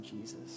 jesus